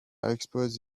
exposed